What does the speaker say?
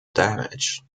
damage